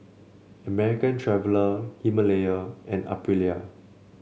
American Traveller Himalaya and Aprilia